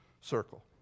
circle